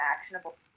actionable